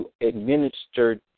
administered